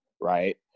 right